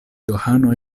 johano